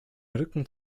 rücken